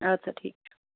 اَدٕ سا ٹھیٖک چھُ